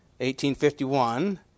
1851